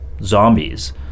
zombies